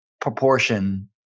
proportion